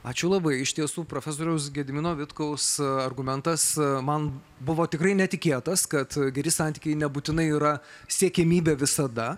ačiū labai iš tiesų profesoriaus gedimino vitkaus argumentas man buvo tikrai netikėtas kad geri santykiai nebūtinai yra siekiamybė visada